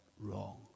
wrong